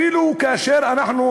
אפילו כאשר אנחנו,